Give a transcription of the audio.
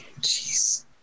jeez